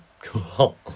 cool